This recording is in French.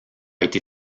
été